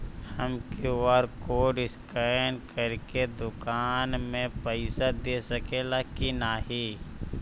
हम QR code scan करके दुकान में पईसा दे सकेला की नाहीं?